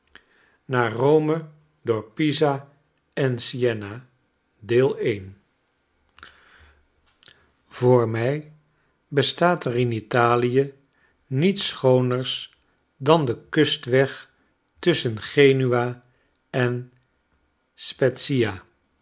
naar rome door pisa en siena voor mij bestaat er in italis niets schooners dan de kustweg tusschen genua en